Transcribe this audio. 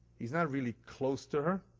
he's not really close to her.